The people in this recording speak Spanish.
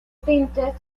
tintes